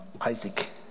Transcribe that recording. Isaac